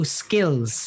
skills